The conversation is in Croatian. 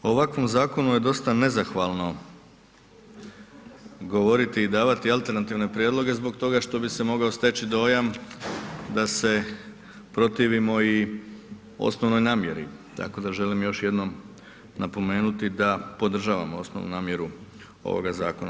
O ovakvom zakonu je dosta nezahvalno govoriti i davati alternativne prijedloge zbog toga što bi se mogao steći dojam da se protivimo i osnovnoj namjeri, tako da želim još jednom napomenuti da podržavamo osnovnu namjeru ovoga zakona.